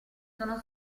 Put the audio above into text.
sono